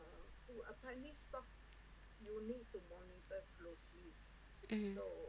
mm